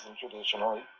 traditionally